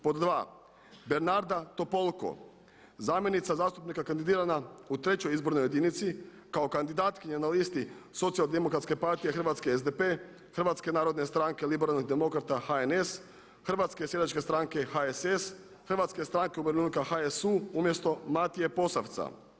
Pod 2. Bernarda Topolko zamjenica zastupnika kandidirana u 3. izbornoj jedinici kao kandidatkinja na listi Socijal-demokratske partije Hrvatske SDP, Hrvatske narodne stranke Liberalnih demokrata HNS, Hrvatske seljačke stranke HSS, Hrvatske stranke umirovljenika HSU umjesto Matije Posavca.